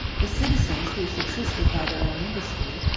the citizens, who subsisted by their own industry,